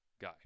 guy